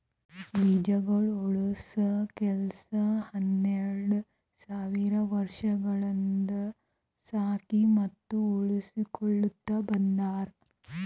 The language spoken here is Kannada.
ಬೀಜಗೊಳ್ ಉಳುಸ ಕೆಲಸ ಹನೆರಡ್ ಸಾವಿರ್ ವರ್ಷಗೊಳಿಂದ್ ಸಾಕಿ ಮತ್ತ ಉಳುಸಕೊತ್ ಬಂದಾರ್